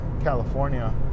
California